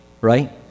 right